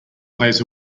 plays